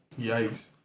Yikes